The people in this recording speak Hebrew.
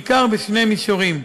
בעיקר בשני מישורים: